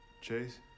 Chase